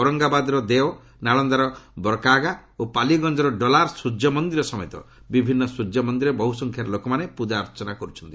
ଔରଙ୍ଗାବାଦର ଦେଓ ନାଳନ୍ଦାର ବରକାଗା ଓ ପାଲିଗଞ୍ଜର ଉଲାର ସୂର୍ଯ୍ୟ ମନ୍ଦିର ସମେତ ବିଭିନ୍ନ ସ୍ୱର୍ଯ୍ୟମନ୍ଦିରରେ ବହୁ ସଂଖ୍ୟାରେ ଲୋକମାନେ ପୂଜା ଅର୍ଚ୍ଚନା କରୁଛନ୍ତି